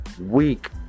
week